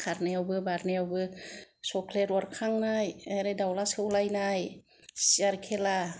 खारनायावबो बारनायाव बो चक'लेट अरखांनाय आरो दावला सौलायनाय सियार खेला